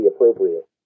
appropriate